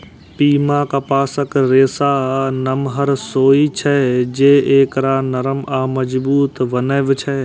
पीमा कपासक रेशा नमहर होइ छै, जे एकरा नरम आ मजबूत बनबै छै